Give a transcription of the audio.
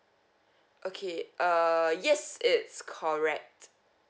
okay err yes it's correct